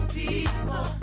people